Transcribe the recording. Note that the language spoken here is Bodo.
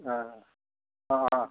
ए अ